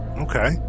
Okay